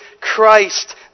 Christ